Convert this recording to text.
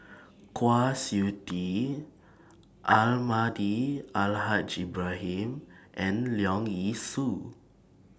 Kwa Siew Tee Almahdi Al Haj Ibrahim and Leong Yee Soo